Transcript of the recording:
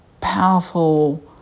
powerful